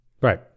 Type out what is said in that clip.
Right